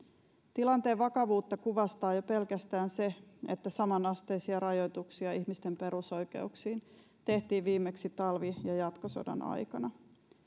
tilanteen vakavuutta kuvastaa jo pelkästään se että samanasteisia rajoituksia ihmisten perusoikeuksiin tehtiin viimeksi talvi ja jatkosodan aikana